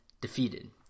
defeated